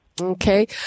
Okay